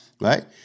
right